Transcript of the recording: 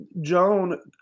Joan